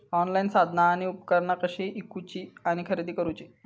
Online साधना आणि उपकरणा कशी ईकूची आणि खरेदी करुची?